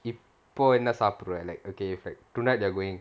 if இப்போ என்ன சாப்பிடுற:ippo enna saapidurae like okay if like tonight they're going